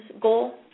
goal